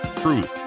truth